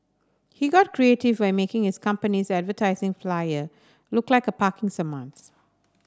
he got creative I making his company's advertising flyer look like a parking summons